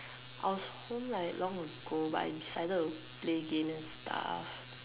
I was home like long ago but I decided to play game and stuff